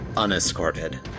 unescorted